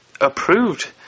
approved